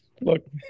Look